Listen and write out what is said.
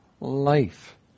life